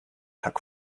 tuck